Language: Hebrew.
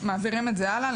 ומעבירים את זה הלאה.